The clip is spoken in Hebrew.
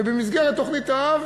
ובמסגרת תוכנית-האב